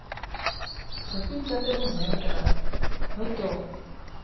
shopping ᱠᱟᱛᱮᱜ ᱵᱚᱱ ᱧᱮᱞ ᱠᱟᱫᱟ ᱦᱚᱭᱛᱚ